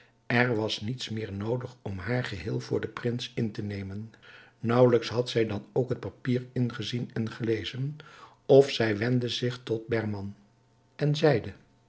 er was niets meer noodig om haar geheel voor den prins in te nemen naauwelijks had zij dan ook het papier ingezien en gelezen of zij wendde zich tot behram en zeide